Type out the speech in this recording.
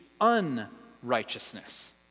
unrighteousness